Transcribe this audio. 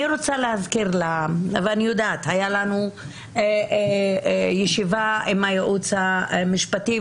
הייתה לנו ישיבה עם הייעוץ המשפטי,